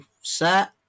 set